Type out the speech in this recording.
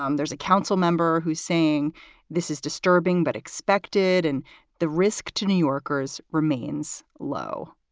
um there's a council member who's saying this is disturbing but expected and the risk to new yorkers remains low.